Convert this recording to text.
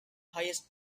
highest